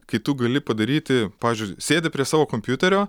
kai tu gali padaryti pavyzdžiui sėdi prie savo kompiuterio